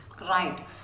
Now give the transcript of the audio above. Right